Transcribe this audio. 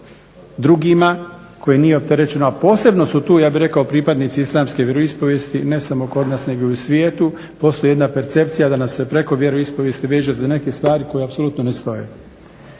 drugima, koje nije opterećeno a posebno su tu ja bih rekao pripadnici islamske vjeroispovijesti ne samo kod nas nego i u svijetu. Postoji jedna percepcija da nas se preko vjeroispovijesti veže za neke stvari koje apsolutno ne stoje.